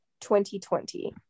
2020